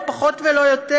לא פחות ולא יותר.